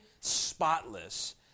spotless